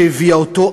שהביאה אותו,